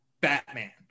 Batman